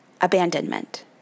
abandonment